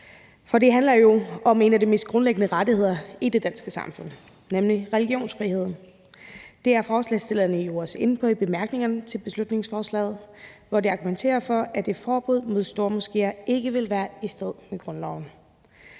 For det handler jo om en af de mest grundlæggende rettigheder i det danske samfund, nemlig religionsfriheden. Det er forslagsstillerne jo også inde på i bemærkningerne til beslutningsforslaget, hvor de argumenterer for, at et forbud mod stormoskéer ikke vil være i strid med grundloven.